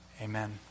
Amen